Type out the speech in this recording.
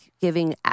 giving